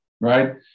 right